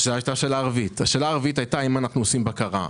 זו הייתה השאלה הרביעית, האם אנחנו עושים בקרה.